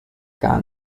gar